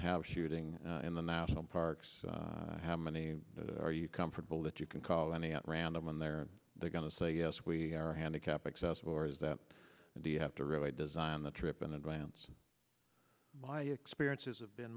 have shooting in the national parks how many are you comfortable that you can call any at random and they're going to say yes we are handicap accessible or is that do you have to really designed the trip in advance of my experiences have been